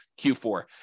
Q4